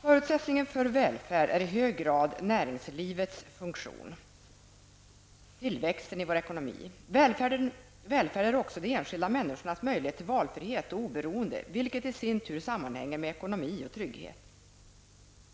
Förutsättningen för vår välfärd är i hög grad näringslivets funktion, tillväxten i vår ekonomi. Välfärd är också de enskilda människornas möjlighet till valfrihet och oberoende, vilket i sin tur sammanhänger med ekonomi och trygghet.